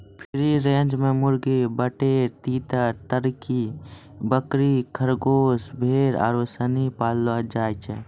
free range मे मुर्गी, बटेर, तीतर, तरकी, बकरी, खरगोस, भेड़ आरु सनी पाललो जाय छै